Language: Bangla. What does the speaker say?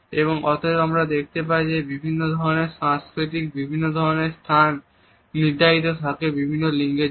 এবং অতএব আমরা দেখতে পাই যে বিভিন্ন ধরনের সংস্কৃতিতে বিভিন্ন ধরনের স্থান নির্ধারিত থাকে বিভিন্ন লিঙ্গের জন্য